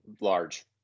large